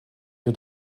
für